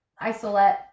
isolate